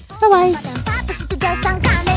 Bye-bye